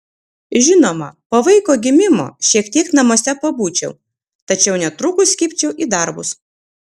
žinoma po vaiko gimimo šiek tiek namuose pabūčiau tačiau netrukus kibčiau į darbus